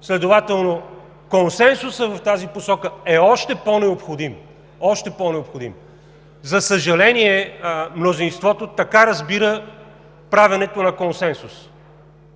Следователно консенсусът в тази посока е още по-необходим. Още по-необходим! За съжаление, мнозинството така разбира правенето на консенсус: